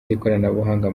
z’ikoranabuhanga